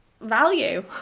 value